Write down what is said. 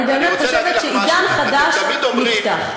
אני באמת חושבת שעידן חדש נפתח.